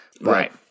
Right